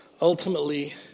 ultimately